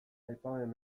aipamen